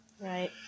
right